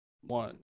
one